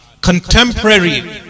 contemporary